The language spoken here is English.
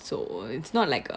so it's not like uh